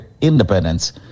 independence